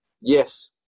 Yes